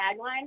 tagline